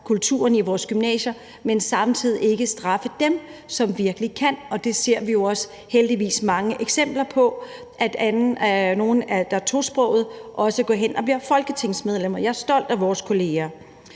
kulturen i vores gymnasier, men hvor vi samtidig ikke straffer dem, som virkelig kan. Det ser vi jo heldigvis også mange eksempler på, altså at der er tosprogede, der også går hen og bliver folketingsmedlemmer; jeg er stolt af vores kolleger.